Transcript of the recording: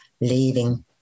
Leaving